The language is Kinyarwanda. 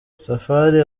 safari